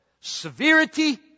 Severity